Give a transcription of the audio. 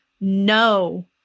no